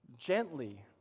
Gently